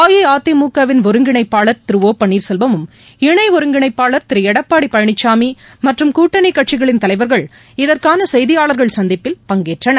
அஇஅதிமுகவின் ஒருங்கிணைப்பாளர் திரு ஒ பன்னீர்செல்வம் இணைஒருங்கிணைப்பாளர் திருளடப்பாடிபழனிசாமிமற்றும் கூட்டணிகட்சிகளின் தலைவர்கள் இதற்கானசெய்தியாளர்கள் சந்திப்பில் பங்கேற்றனர்